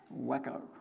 wacko